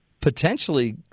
potentially